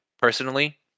personally